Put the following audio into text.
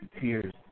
tears